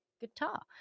guitar